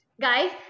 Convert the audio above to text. guys